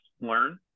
learn